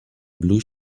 blue